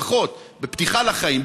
לפחות בפתיחה לחיים,